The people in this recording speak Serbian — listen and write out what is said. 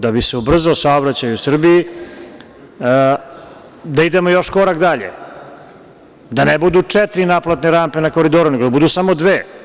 Da bi se ubrzao saobraćaj u Srbiji, da idemo još korak dalje, da ne budu četiri naplatne rampe na Koridoru, nego da budu samo dve.